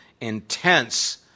intense